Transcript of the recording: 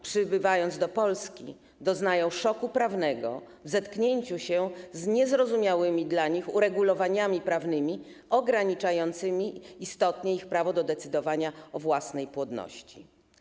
Przybywając do Polski, doznają szoku prawnego w zetknięciu się z niezrozumiałymi dla nich uregulowaniami prawnymi ograniczającymi istotnie ich prawo do decydowania o własnej płodności.